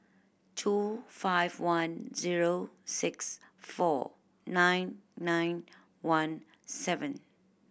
two five one zero six four nine nine one seven